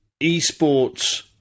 eSports